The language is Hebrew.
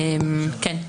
כן,